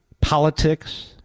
politics